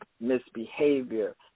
misbehavior